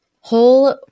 whole